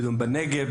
בדואים בנגב,